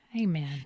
Amen